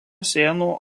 seno